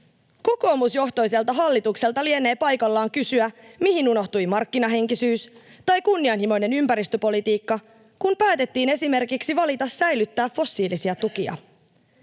Kokoomusjohtoiselta hallitukselta lienee paikallaan kysyä: Mihin unohtui markkinahenkisyys tai kunnianhimoinen ympäristöpolitiikka, kun päätettiin esimerkiksi valita säilyttää fossiilisia tukia?